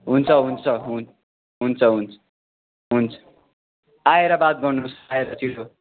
हुन्छ हुन्छ हुन्छ हुन्छ हुन्छ आएर बात गर्नु होस् आएर छिटो